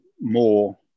more